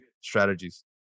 strategies